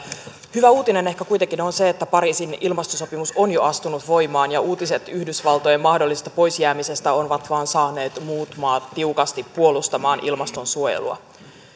hyvä uutinen ehkä kuitenkin on se että pariisin ilmastosopimus on jo astunut voimaan ja uutiset yhdysvaltojen mahdollisesta pois jäämisestä ovat vain saaneet muut maat tiukasti puolustamaan ilmastonsuojelua